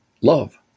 love